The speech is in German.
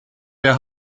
der